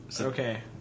Okay